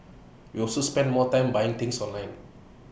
we also spend more time buying things online